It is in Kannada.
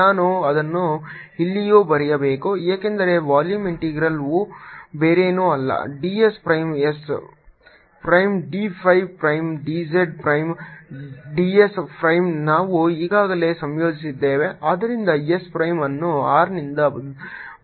ನಾನು ಅದನ್ನು ಇಲ್ಲಿಯೂ ಬರೆಯಬೇಕು ಏಕೆಂದರೆ ವಾಲ್ಯೂಮ್ ಇಂಟೆಗ್ರಲ್ವು ಬೇರೇನೂ ಅಲ್ಲ ds prime s prime d phi prime dz prime ds prime ನಾವು ಈಗಾಗಲೇ ಸಂಯೋಜಿಸಿದ್ದೇವೆ ಆದ್ದರಿಂದ s ಪ್ರೈಮ್ ಅನ್ನು r ನಿಂದ ಬದಲಾಗುತ್ತದೆ